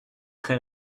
très